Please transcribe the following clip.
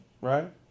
Right